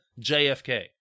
JFK